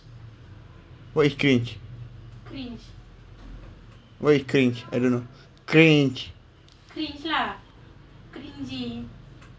what is cringe what is cringe I don't know cringe